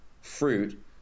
fruit